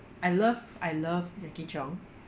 I love I love jacky cheung